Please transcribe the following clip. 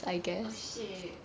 oh shit